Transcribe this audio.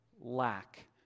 lack